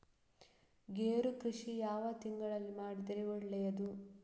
ಗೇರು ಕೃಷಿ ಯಾವ ತಿಂಗಳಲ್ಲಿ ಮಾಡಿದರೆ ಒಳ್ಳೆಯದು?